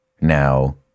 Now